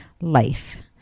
Life